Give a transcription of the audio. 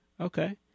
Okay